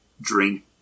drink